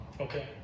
Okay